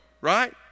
right